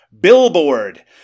Billboard